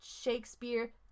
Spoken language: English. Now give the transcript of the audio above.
Shakespeare